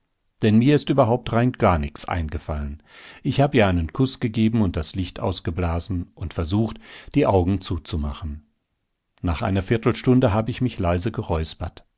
denn mir ist überhaupt rein gar nix eingefallen ich hab ihr einen kuß gegeben und das licht ausgeblasen und versucht die augen zuzumachen nach einer viertelstunde habe ich mich leise